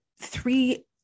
three